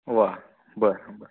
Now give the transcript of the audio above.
वा बरं बरं